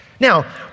Now